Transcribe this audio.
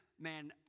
Man